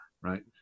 right